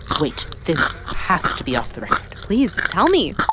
wait. this has to be off the record please. tell me